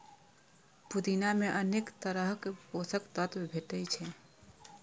पुदीना मे अनेक तरहक पोषक तत्व भेटै छै